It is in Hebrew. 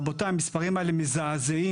רבותי, המספרים האלה מזעזעים.